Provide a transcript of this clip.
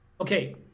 Okay